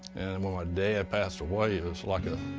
and when my dad passed away, it was like a